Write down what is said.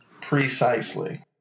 Precisely